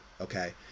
okay